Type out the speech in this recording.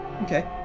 Okay